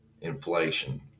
inflation